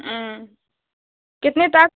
कितने तक